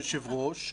היושב ראש,